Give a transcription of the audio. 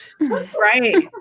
Right